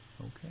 Okay